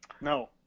No